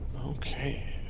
Okay